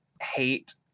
hate